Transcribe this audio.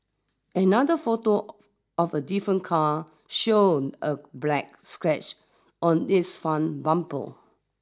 another photo of a different car showed a black scratch on its front bumper